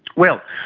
well,